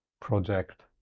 project